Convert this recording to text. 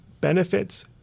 benefits